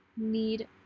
need